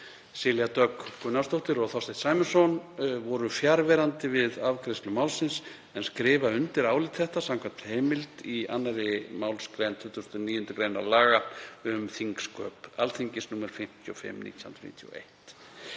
Silja Dögg Gunnarsdóttir og Þorsteinn Sæmundsson voru fjarverandi við afgreiðslu málsins en skrifa undir álit þetta samkvæmt heimild í 2. mgr. 29. gr. laga um þingsköp Alþingis, nr. 55/1991.“